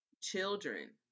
children